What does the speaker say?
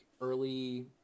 early